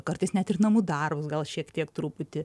kartais net ir namų darbus gal šiek tiek truputį